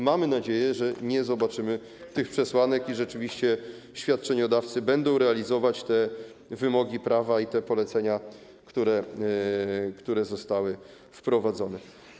Mamy nadzieję, że nie zobaczymy tych przesłanek i rzeczywiście świadczeniodawcy będą realizować te wymogi prawa i te polecenia, które zostały wprowadzone.